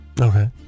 Okay